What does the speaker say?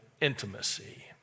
intimacy